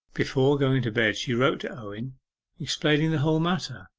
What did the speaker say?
before going to bed she wrote to owen explaining the whole matter.